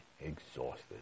exhausted